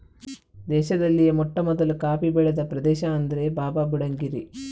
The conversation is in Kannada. ದೇಶದಲ್ಲಿಯೇ ಮೊಟ್ಟಮೊದಲು ಕಾಫಿ ಬೆಳೆದ ಪ್ರದೇಶ ಅಂದ್ರೆ ಬಾಬಾಬುಡನ್ ಗಿರಿ